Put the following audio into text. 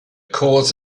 cause